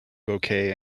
bouquet